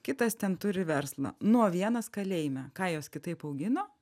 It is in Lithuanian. kitas ten turi verslą nu o vienas kalėjime ką juos kitaip augino